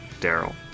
Daryl